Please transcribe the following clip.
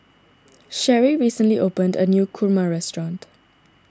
Sheri recently opened a new Kurma restaurant